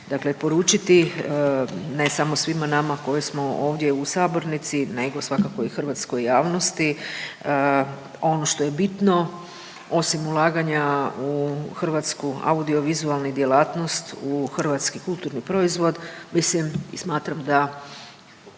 želim poručiti ne samo svima nama koji smo ovdje u sabornici nego svakako i hrvatskoj javnosti ono što je bitno osim ulaganja u hrvatsku audiovizualnu djelatnost, u hrvatski kulturni proizvod mislim i smatram da